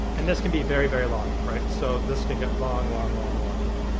and this can be very, very long, right? so this can get long, long, long, long, long.